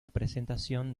presentación